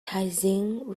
thaizing